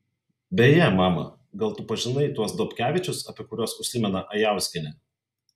beje mama gal tu pažinai tuos dobkevičius apie kuriuos užsimena ajauskienė